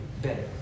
better